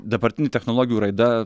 dabartinių technologijų raida